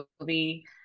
movie